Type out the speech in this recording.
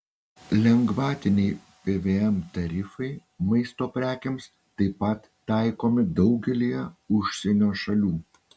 lengvatiniai pvm tarifai maisto prekėms taip pat taikomi daugelyje užsienio šalių